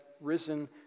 risen